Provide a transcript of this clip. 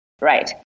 right